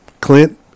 Clint